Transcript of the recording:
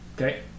Okay